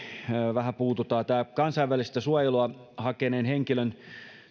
vähän puututaan kansainvälistä suojelua hakeneen henkilön